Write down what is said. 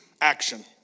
action